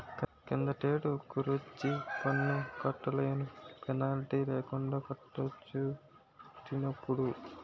కిందటేడు కరువొచ్చి పన్ను కట్టలేనోలు పెనాల్టీ లేకండా కట్టుకోవచ్చటిప్పుడు